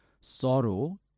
sorrow